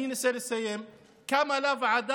קמה לה ועדה מיוחדת, אני אנסה לסיים, קמה לה ועדה